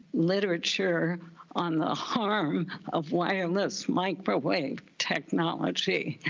literature on the harm of wireless microwave technology,